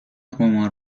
قمار